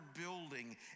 building